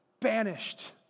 Banished